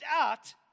out